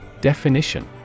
Definition